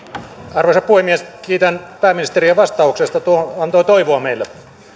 arvoisa puhemies kiitän pääministeriä vastauksesta tuo antoi toivoa meille